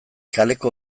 kaleko